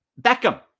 Beckham